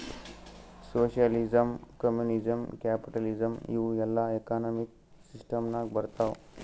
socialism, communism, capitalism ಇವೂ ಎಲ್ಲಾ economic system ನಾಗ್ ಬರ್ತಾವ್